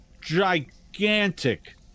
gigantic